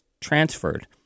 transferred